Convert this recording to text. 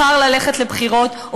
הוא בחר ללכת לבחירות,